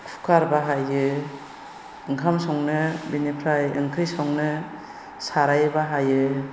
कुकार बाहायो ओंखाम संनो बेनिफ्राय ओंख्रि संनो साराय बाहायो